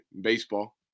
baseball